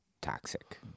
toxic